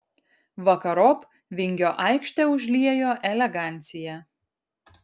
vakarop vingio aikštę užliejo elegancija